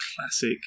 classic